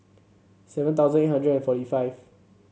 seven thousand eight hundred and forty five